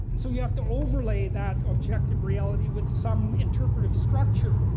and so you have to overlay that objective reality with some interpretive structure.